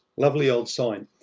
lovely old sign.